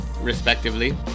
respectively